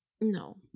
No